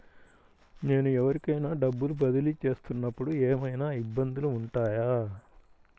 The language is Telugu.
నేను ఎవరికైనా డబ్బులు బదిలీ చేస్తునపుడు ఏమయినా ఇబ్బందులు వుంటాయా?